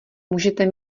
můžete